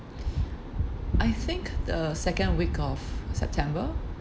I think the second week of september